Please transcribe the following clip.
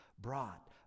brought